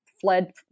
fled